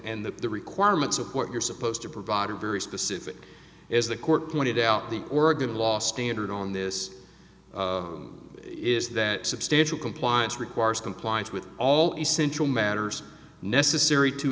and that the requirements of what you're supposed to provide a very specific is the court pointed out the oregon law standard on this is that substantial compliance requires compliance with all essential matters necessary to